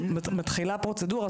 מתחילה פרוצדורה.